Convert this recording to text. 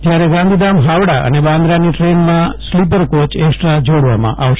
જયારે ગાંધીધામ ફાવડા અને બાન્દ્રાની ટ્રેનમાં સ્લીપર કોચ એકસ્ટ્રો જોડવામાં આવશે